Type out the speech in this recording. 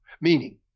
Meaning